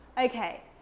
okay